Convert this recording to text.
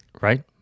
right